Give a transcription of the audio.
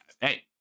Hey